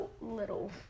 little